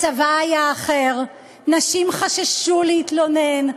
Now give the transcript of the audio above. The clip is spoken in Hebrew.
הצבא היה אחר, נשים חששו להתלונן.